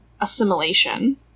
assimilation